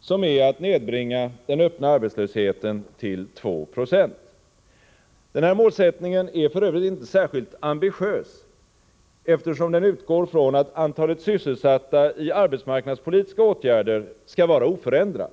som är att nedbringa den öppna arbetslösheten till 2970. Denna målsättning är f. ö. inte särskilt ambitiös, eftersom den utgår från att antalet sysselsatta i arbetsmarknadspolitiska åtgärder skall vara oförändrat.